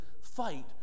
fight